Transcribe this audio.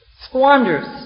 squanders